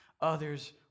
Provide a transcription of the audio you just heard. others